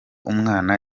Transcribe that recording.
umwana